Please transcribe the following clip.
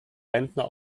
rentner